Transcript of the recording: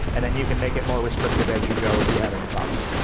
and then you can make it more restrictive as you go if you have any problems.